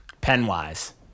Pen-wise